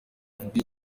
wavugaga